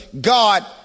God